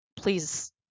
please